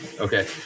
okay